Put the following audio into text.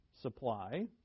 supply